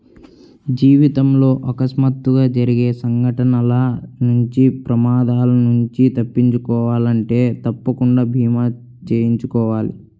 జీవితంలో అకస్మాత్తుగా జరిగే సంఘటనల నుంచి ప్రమాదాల నుంచి తప్పించుకోవాలంటే తప్పకుండా భీమా చేయించుకోవాలి